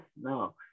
no